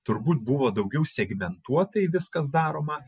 turbūt buvo daugiau segmentuotai viskas daroma